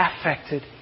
affected